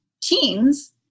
teens